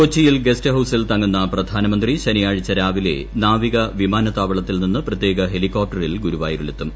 കൊച്ചിയിൽ ഗസ്റ്റ് ഗൌസിൽ തങ്ങുന്ന പ്രധാനമന്ത്രി ശനിയാഴ്ച രാവിലെ നാവിക വിമാനത്താവളത്തിൽ നിന്ന് പ്രത്യേക ഹെലികോപ്റ്ററിൽ ഗുരുവായൂരിലെത്തും